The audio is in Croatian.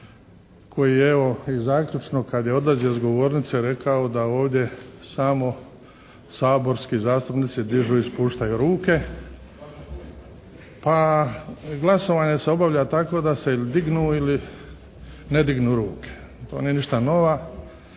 koji evo i zaključno kad je odlazio sa govornice rekao da ovdje samo saborski zastupnici dižu i spuštaju ruke. Pa glasovanje se obavlja tako da se ili dignu ili ne dignu ruke. To nije ništa nova.